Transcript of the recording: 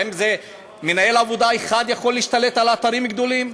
האם מנהל עבודה אחד יכול להשתלט על אתרים גדולים?